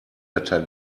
better